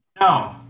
No